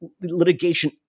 litigation